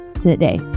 today